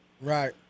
Right